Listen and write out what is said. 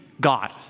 God